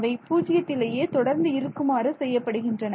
அவை பூஜ்ஜியத்திலேயே தொடர்ந்து இருக்குமாறு செய்யப்படுகின்றன